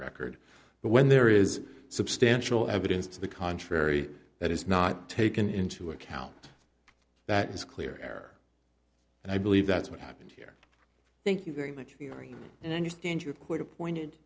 record but when there is substantial evidence to the contrary that is not taken into account that is clear and i believe that's what happened here thank you very much and i understand your court appointed